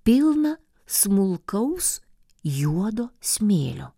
pilna smulkaus juodo smėlio